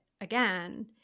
again